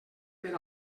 per